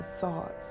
thoughts